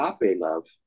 love